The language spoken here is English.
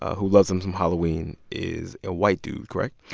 who loves them some halloween, is a white dude, correct?